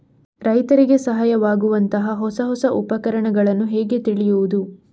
ರೈತರಿಗೆ ಸಹಾಯವಾಗುವಂತಹ ಹೊಸ ಹೊಸ ಉಪಕರಣಗಳನ್ನು ಹೇಗೆ ತಿಳಿಯುವುದು?